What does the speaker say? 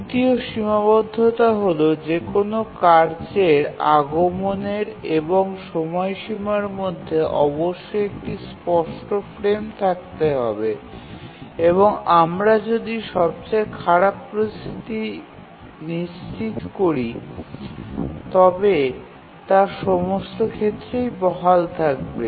তৃতীয় সীমাবদ্ধতা হল যে কোন কার্যের আগমনের এবং সময়সীমার মধ্যে অবশ্যই একটি স্পষ্ট ফ্রেম থাকতে হবে এবং আমরা যদি সবচেয়ে খারাপ পরিস্থিতি নিশ্চিত করি তবে তা সমস্ত ক্ষেত্রেই বহাল থাকবে